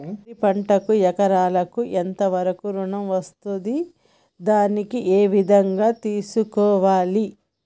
వరి పంటకు ఎకరాకు ఎంత వరకు ఋణం వస్తుంది దాన్ని ఏ విధంగా తెలుసుకోవాలి?